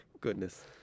Goodness